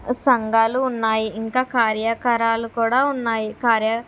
సంఘాలు ఉన్నాయి ఇంకా కార్యాకారాలు కూడా ఉన్నాయి కార్యా